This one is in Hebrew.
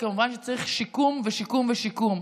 כמובן שצריך שיקום ושיקום ושיקום.